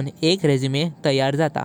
आनी व्हीलाचो फ्रिक्शन कमी अस्तां।